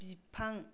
बिफां